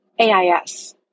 AIS